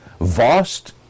vast